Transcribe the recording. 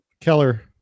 Keller